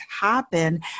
happen